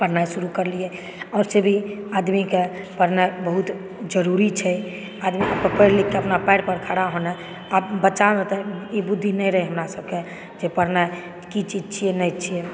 पढ़नाइ शुरू करलिऐ आओर वैसे भी आदमीके पढ़नाइ बहुत जरूरी छै आदमीके पढ़ि लिखके अपना पैर पर खड़ा होना आ बच्चामे तऽ ई बुद्धि नहि रहए हमरा सबकेँ जे पढ़नाइ की चीज छिऐ नहि छिऐ